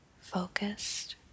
focused